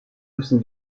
müssen